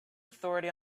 authority